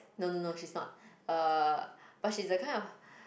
no no no she's not uh but she's the kind of